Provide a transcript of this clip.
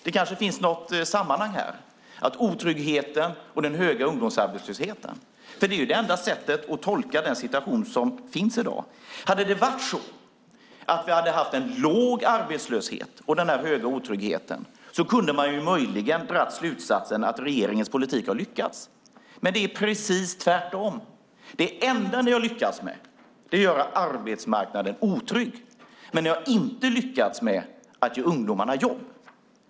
Det kanske finns ett samband mellan otryggheten och den höga ungdomsarbetslösheten. Det är enda sättet att tolka den situation som råder i dag. Hade vi haft låg arbetslöshet och stor otrygghet kunde man möjligen ha dragit slutsatsen att regeringens politik lyckats. Men det är precis tvärtom. Det enda ni har lyckats med är att göra arbetsmarknaden otrygg. Ni har inte lyckats med att ge ungdomarna jobb.